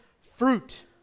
fruit